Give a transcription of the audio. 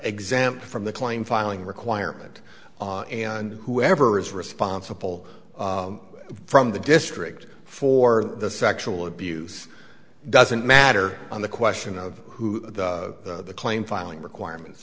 exempt from the claim filing requirement and whoever is responsible from the district for the sexual abuse doesn't matter on the question of who the claim filing requirements